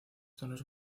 tonos